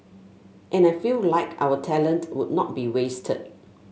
and I feel like our talent would not be wasted